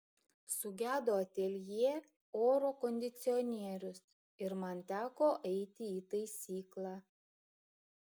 sugedo ateljė oro kondicionierius ir man teko eiti į taisyklą